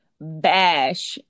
bash